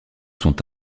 sont